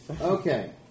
Okay